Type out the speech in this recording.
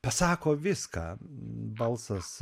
pasako viską balsas